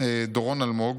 דורון אלמוג